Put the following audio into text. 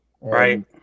Right